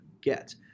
GET